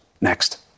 Next